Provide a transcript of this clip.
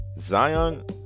Zion